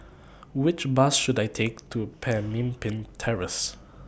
Which Bus should I Take to Pemimpin Terrace